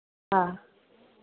हा